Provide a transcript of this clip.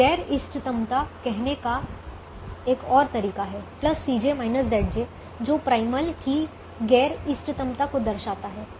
तो गैर इष्टतमता कहने का एक और तरीका है Cj Zj जो प्राइमल की गैर इष्टतमता को दर्शाता है